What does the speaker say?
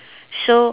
so